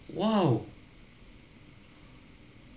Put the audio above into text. !wow!